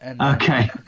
Okay